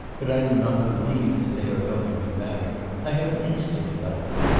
but i do not believe that they are going to be married. i have an instinct about it.